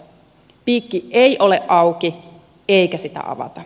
piikki ei ole auki eikä sitä avata